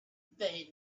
they